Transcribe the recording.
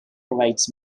provides